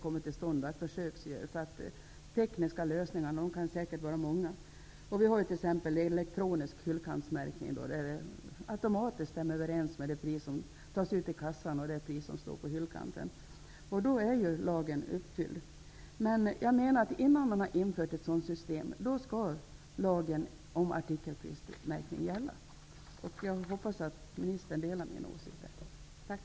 Det finns säkerligen flera tekniska lösningar. Vi har t.ex. den elektroniska hyllkantsmärkningen, som gör att priset i kassan och det som står på hyllkanten stämmer överens. Tillämpar man det systemet, så uppfyller man lagens krav. Men innan detta system har införts skall lagen om artikelprismärkning gälla. Jag hoppas att ministern delar den åsikten.